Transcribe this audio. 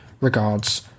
Regards